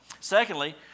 Secondly